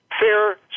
fair